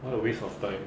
what a waste of time